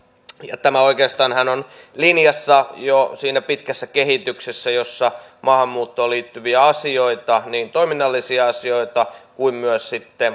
tämähän oikeastaan on linjassa jo siinä pitkässä kehityksessä jossa maahanmuuttoon liittyviä asioita niin toiminnallisia asioita kuin myös